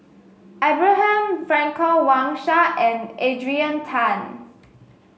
Abraham Frankel Wang Sha and Adrian Tan